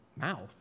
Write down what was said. mouth